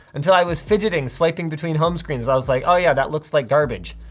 until i was fidgeting, swiping between home screens. i was like, oh yeah, that looks like garbage.